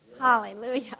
Hallelujah